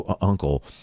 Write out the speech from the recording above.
uncle